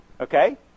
okay